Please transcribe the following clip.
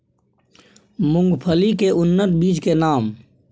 मूंगफली के उन्नत बीज के नाम?